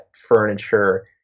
furniture